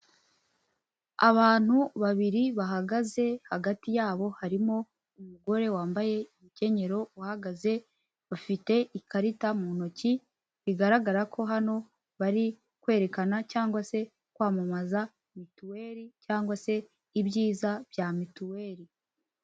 Abantu babiri bahagaze hagati yabo harimo umugore wambaye ibikenyero uhagaze, bafite ikarita mu ntoki bigaragara ko hano bari kwerekana cyangwa se kwamamaza Mituweli cyangwa se ibyiza bya Mituweli.